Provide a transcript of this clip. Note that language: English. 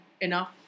enough